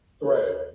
Right